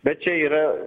bet čia yra